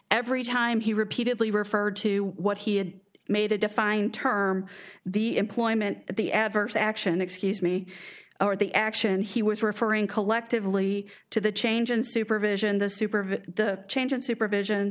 every time he repeatedly referred to what he had made a defined term the employment the adverse action excuse me or the action he was referring collectively to the change in supervision the supervise the change of supervision